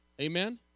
Amen